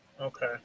Okay